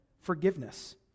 forgiveness